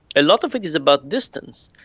a lot of it is about distance,